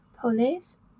police